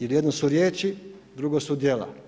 Jer jedno su riječi, drugo su dijela.